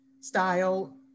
style